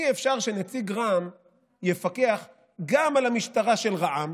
אי-אפשר שנציג רע"מ יפקח גם על המשטרה של רע"מ